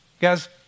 Guys